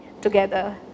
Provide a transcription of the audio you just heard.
together